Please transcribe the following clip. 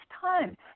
time